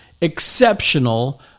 exceptional